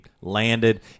landed